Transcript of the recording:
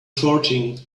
farting